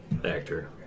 Actor